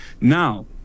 Now